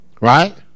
Right